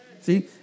See